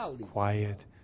quiet